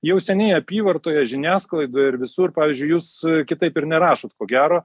jau seniai apyvartoje žiniasklaidoje ir visur pavyzdžiui jūs kitaip ir nerašot ko gero